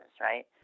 right